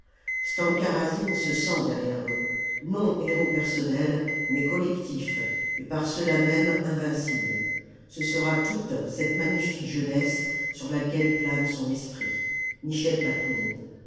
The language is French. stanka razine se sent derrière eux non héros personnel mais collectif et par cela même invincible ce sera toute cette magnifique jeunesse sur laquelle plane son esprit michel